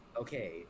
Okay